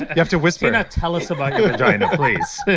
you have to whisper tina, tell us about your vagina, please